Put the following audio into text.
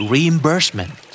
Reimbursement